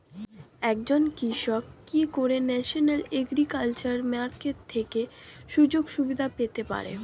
একজন কৃষক কি করে ন্যাশনাল এগ্রিকালচার মার্কেট থেকে সুযোগ সুবিধা পেতে পারে?